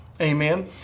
Amen